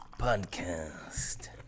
podcast